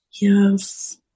Yes